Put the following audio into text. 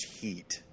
heat